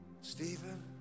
Stephen